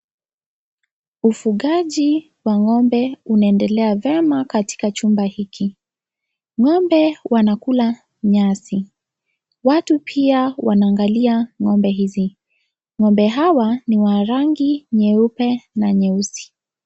Ufugaji wa ngombe unaendelea vema katika jumba hichi, ngombe wanakula nyasi ,watu pia wanaangalia nyasi hizi. Ngombe hawa ni wa rangi nyeupe na nyeusi.